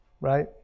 right